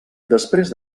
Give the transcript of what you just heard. després